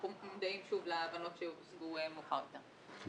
אנחנו מודעים שוב להבנות שהוצגו מאוחר יותר.